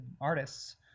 artists